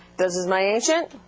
this is my ancient